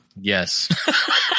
Yes